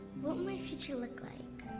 what will my future look like?